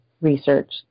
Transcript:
research